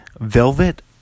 Velvet